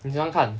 你喜欢看